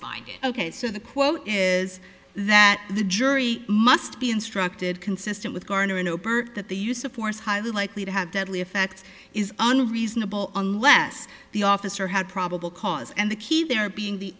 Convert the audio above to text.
it ok so the quote is that the jury must be instructed consistent with garner no heard that the use of force highly likely to have deadly effects is unreasonable unless the officer had probable cause and the key there being the